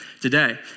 today